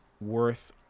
worth